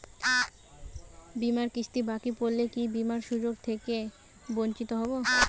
বিমার কিস্তি বাকি পড়লে কি বিমার সুযোগ থেকে বঞ্চিত হবো?